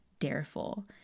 Dareful